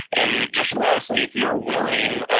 and just lastly, if you're willing,